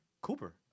Cooper